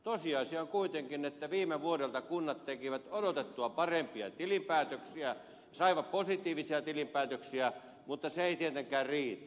tosiasia on kuitenkin että viime vuodelta kunnat tekivät odotettua parempia tilinpäätöksiä saivat positiivisia tilinpäätöksiä mutta se ei tietenkään riitä